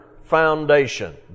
foundation